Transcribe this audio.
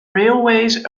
railways